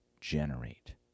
generate